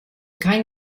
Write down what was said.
kein